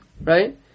right